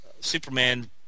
Superman